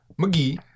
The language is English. McGee